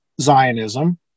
Zionism